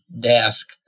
desk